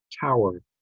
tower